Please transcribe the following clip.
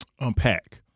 unpack